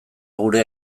gure